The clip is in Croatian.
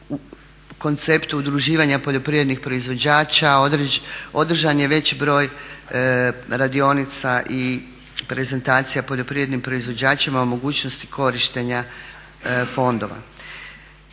konceptu udruživanja poljoprivrednih proizvođača, održan je veći broj radionica i prezentacija poljoprivrednim proizvođačima o mogućnosti korištenja fondova.